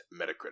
Metacritic